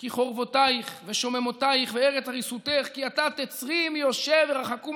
"כי חרבֹתיך ושֹממֹתיך וארץ הרִסֻתֵיך כי עתה תצרי מיושב ורחקו